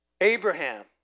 Abraham